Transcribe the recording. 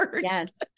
Yes